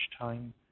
time